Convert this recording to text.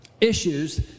Issues